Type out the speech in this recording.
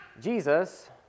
Jesus